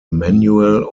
manual